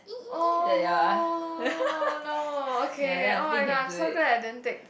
oh no okay oh-my-god I'm so glad I didn't take